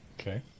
Okay